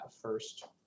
first